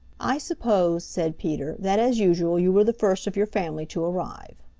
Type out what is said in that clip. i suppose, said peter, that as usual you were the first of your family to arrive.